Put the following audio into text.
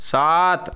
सात